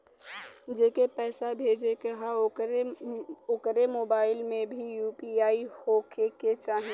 जेके पैसा भेजे के ह ओकरे मोबाइल मे भी यू.पी.आई होखे के चाही?